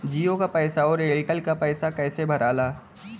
जीओ का पैसा और एयर तेलका पैसा कैसे भराला?